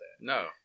no